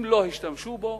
אם לא השתמשו בו,